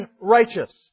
righteous